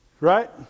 right